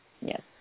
Yes